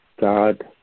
God